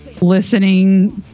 listening